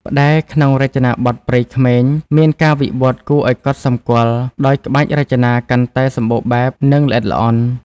ផ្តែរក្នុងរចនាបថព្រៃក្មេង មានការវិវឌ្ឍន៍គួរឱ្យកត់សម្គាល់ ដោយក្បាច់រចនាកាន់តែសម្បូរបែប និងល្អិតល្អន់។